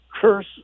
curse